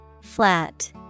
Flat